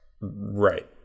Right